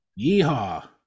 Yeehaw